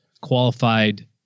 qualified